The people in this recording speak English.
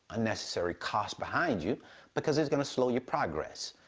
unnecessary cost behind you because it's gonna slow your progress.